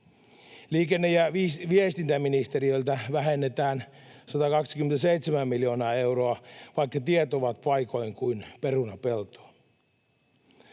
Liikenne- ja viestintäministeriöltä vähennetään 127 miljoonaa euroa, vaikka tiet ovat paikoin kuin perunapeltoa.